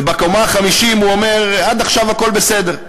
ובקומה ה-50 הוא אומר: עד עכשיו הכול בסדר.